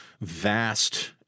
vast